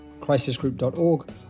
crisisgroup.org